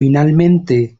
finalmente